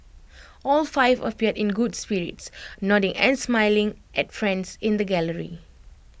all five appeared in good spirits nodding and smiling at friends in the gallery